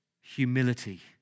humility